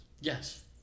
Yes